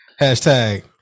Hashtag